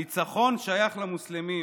הניצחון שייך למוסלמים